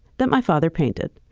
that my father painted.